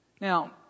Now